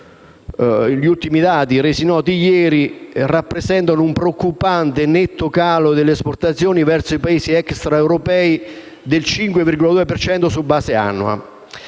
gli ultimi dati resi noti ieri rappresentano un preoccupante e netto calo delle esportazioni verso i Paesi extraeuropei del 5,2 per cento su base annua.